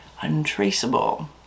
untraceable